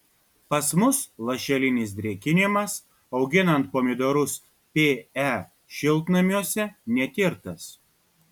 pas mus lašelinis drėkinimas auginant pomidorus pe šiltnamiuose netirtas